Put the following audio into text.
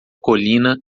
colina